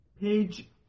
page